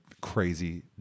crazy